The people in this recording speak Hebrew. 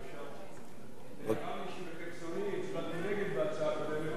נאמר לי שבחפזוני הצבעתי נגד בהצעה הקודמת במקום בעד.